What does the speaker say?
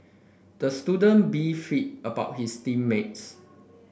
the student beefed about his team mates